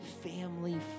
family